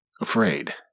afraid